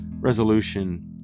resolution